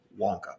Wonka